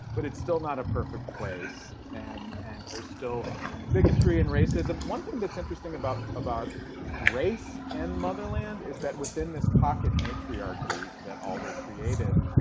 but it's still not a perfect place. and and there's still bigotry and racism. one thing that's interesting about about race and motherland is that within this pocket matriarchy that alder created,